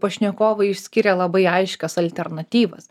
pašnekovai išskyrė labai aiškias alternatyvas